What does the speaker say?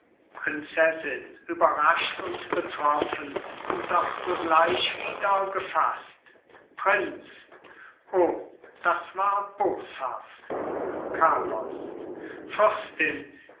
prinzessin überrascht und betroffen doch sogleich wieder gefaßt prinz o das war boshaft carlos fürstin